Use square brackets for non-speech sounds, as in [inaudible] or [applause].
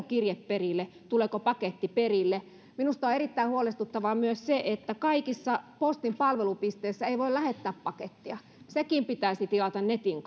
[unintelligible] kirje perille tuleeko paketti perille minusta on erittäin huolestuttavaa myös se että kaikissa postin palvelupisteissä ei voi lähettää pakettia sekin palvelu pitäisi tilata netin [unintelligible]